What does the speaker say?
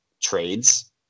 trades